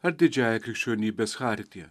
ar didžiąja krikščionybės chartija